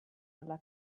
alla